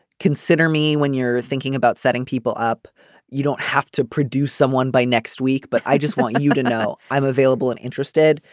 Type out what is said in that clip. consider me when you're thinking about setting people up you don't have to produce someone by next week. but i just want you to know i'm available and interested.